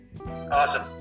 Awesome